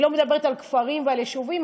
אני לא מדברת על כפרים ועל יישובים,